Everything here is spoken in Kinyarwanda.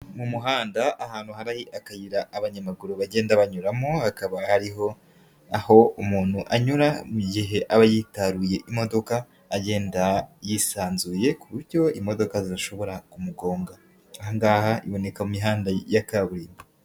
Mu muhanda ahantu hari akayira abanyamaguru bagenda banyuramo hakaba hariho, aho umuntu anyura mu gihe aba yitaruye imodoka, agenda yisanzuye ku buryo imodoka zidashobora kumugonga. Ahangaha iboneka mu mihanda ya kaburimbo.